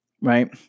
right